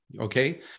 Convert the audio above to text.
okay